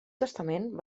testament